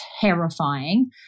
terrifying